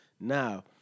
Now